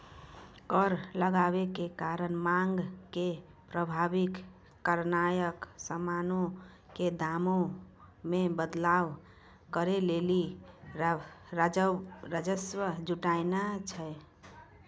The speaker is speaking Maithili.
कर लगाबै के कारण मांग के प्रभावित करनाय समानो के दामो मे बदलाव करै लेली राजस्व जुटानाय छै